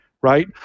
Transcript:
right